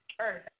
earth